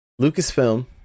Lucasfilm